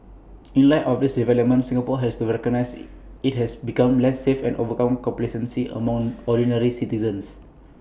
in light of these developments Singapore has to recognise IT has become less safe and overcome complacency among ordinary citizens